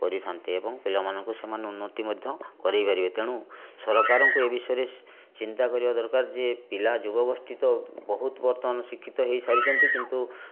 କରିଥାନ୍ତେ ଏବଂ ପିଲାମାନଙ୍କୁ ସେମାନେ ଉନ୍ନତି ମଧ୍ୟ କରେଇପାରିବେ ତେଣୁ ସରକାରଙ୍କୁ ଏ ବିଷୟରେ ଚିନ୍ତା କରିବା ଦରକାର ଯେ ପିଲା ଯୁବଗୋଷ୍ଠୀ ତ ବହୁତ ବର୍ତ୍ତମାନ ଶିକ୍ଷିତ ହୋଇସାରିଛନ୍ତି କିନ୍ତୁ